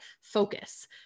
focus